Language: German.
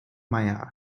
meier